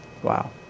Wow